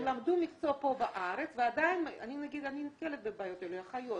הם למדו מקצוע פה בארץ אני נתקלת בבעיות האלה אחיות,